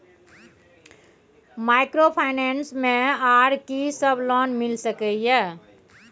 Microfinance मे आर की सब लोन मिल सके ये?